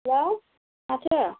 hello माथो